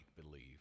believe